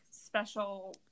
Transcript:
special